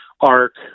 arc